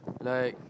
like